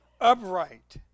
upright